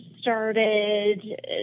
started